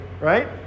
right